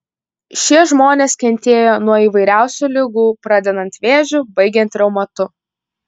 šie žmonės kentėjo nuo įvairiausių ligų pradedant vėžiu baigiant reumatu